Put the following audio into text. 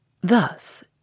Thus